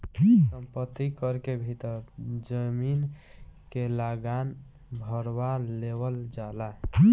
संपत्ति कर के भीतर जमीन के लागान भारवा लेवल जाला